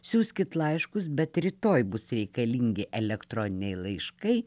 siųskit laiškus bet rytoj bus reikalingi elektroniniai laiškai